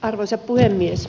arvoisa puhemies